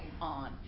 on